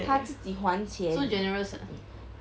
他自己还钱